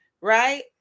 right